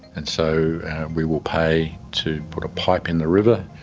and so we will pay to put a pipe in the river,